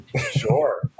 Sure